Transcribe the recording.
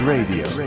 Radio